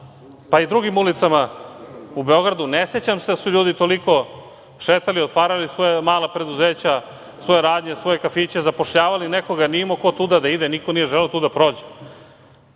pa i drugim ulicama u Beogradu, ne sećam se da su ljudi toliko šetali, otvarali svoja mala preduzeća, svoje radnje, svoje kafiće, zapošljavali nekoga, nije imao tu ko da ide, niko nije tu želeo da prođe. Koji